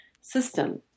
system